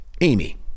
Amy